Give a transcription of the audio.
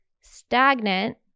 stagnant